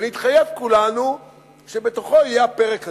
ונתחייב כולנו שיהיה בתוכו הפרק הזה,